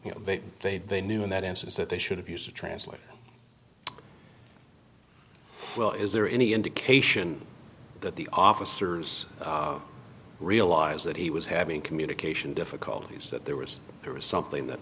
you know they they knew in that instance that they should have used to translate well is there any indication that the officers realize that he was having communication difficulties that there was there was something that